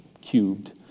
cubed